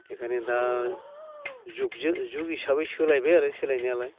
बेनिखायनो दा जुगजुग हिसाबै सोलायबाय आरो सोलायनायालाय